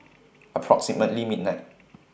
approximately midnight